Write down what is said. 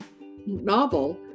novel